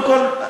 קודם כול,